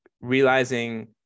realizing